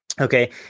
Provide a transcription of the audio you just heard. okay